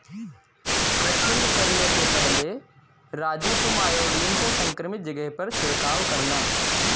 crutching करने से पहले राजू तुम आयोडीन से संक्रमित जगह पर छिड़काव करना